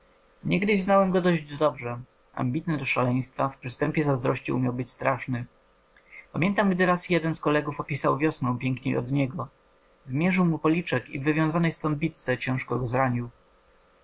wdowcem niegdyś znałem go dość dobrze ambitny do szaleństwa w przystępie zazdrości umiał być straszny pamiętam gdy raz jeden z kolegów opisał wiosnę piękniej od niego wymierzył mu policzek i w wywiązanej stąd bitce ciężko